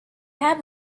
have